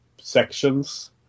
sections